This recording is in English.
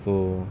so